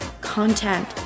content